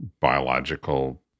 biological